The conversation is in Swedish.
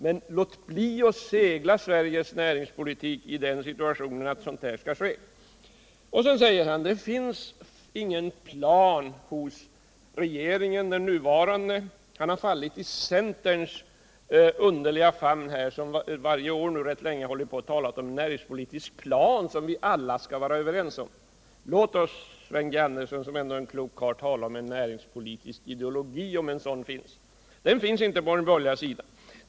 Men låt bli att segla Sveriges näringspolitik in i en sådan situation att det skall behöva ske! Sedan säger Sven Andersson: Det finns ingen plan hos den nuvarande regeringen. Han har varit i centerns underliga famn, där man nu varje år rätt länge har talat om en näringspolitisk plan som vi alla skall vara överens om. Låt oss, Sven G. Andersson — som ändå är en klok karl — tala om en näringspolitisk ideologi, om den finns! Den finns inte på den borgerliga sidan.